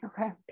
Okay